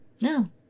no